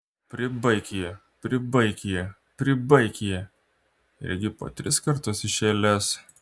pribaik jį pribaik jį pribaik jį irgi po tris kartus iš eilės